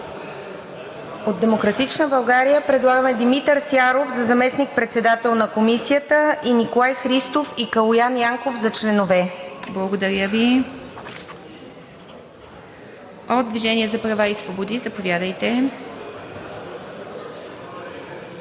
От „Демократична България“ предлагаме Димитър Сяров за заместник-председател на Комисията, Николай Христов и Калоян Янков за членове. ПРЕДСЕДАТЕЛ ИВА МИТЕВА: Благодаря Ви. От „Движение за права и свободи“, заповядайте.